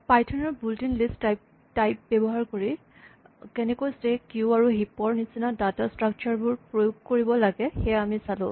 Python ৰ built in list type ব্যৱহাৰ কৰি কেনেকৈ স্টেক কিউ আৰু হিপ ৰ নিচিনা ডাটা স্ট্ৰাক্সাৰ বোৰ প্ৰয়োগ কৰিব লাগে আমি সেয়া চালোঁ